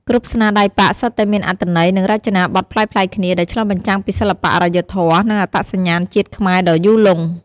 គ្រប់ស្នាដៃប៉ាក់សុទ្ធតែមានអត្ថន័យ និងរចនាបថប្លែកៗគ្នា ដែលឆ្លុះបញ្ចាំងពីសិល្បៈអរិយធម៌ និងអត្តសញ្ញាណជាតិខ្មែរដ៏យូរលង់។